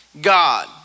God